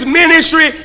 ministry